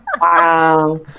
Wow